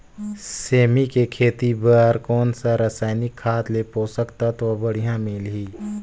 सेमी के खेती बार कोन सा रसायनिक खाद ले पोषक तत्व बढ़िया मिलही?